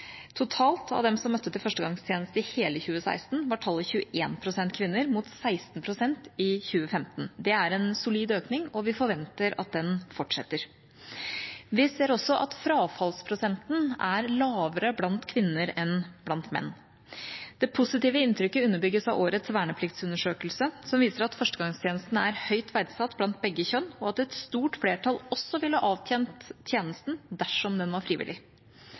Totalt av dem som møtte til førstegangstjeneste i hele 2016, var tallet 21 pst. kvinner – mot 16 pst. i 2015. Det er en solid økning, og vi forventer at den fortsetter. Vi ser også at frafallsprosenten er lavere blant kvinner enn blant menn. Det positive inntrykket underbygges av årets vernepliktsundersøkelse, som viser at førstegangstjenesten er høyt verdsatt blant begge kjønn, og at et stort flertall også ville avtjent tjenesten dersom den var frivillig.